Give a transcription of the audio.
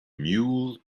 mule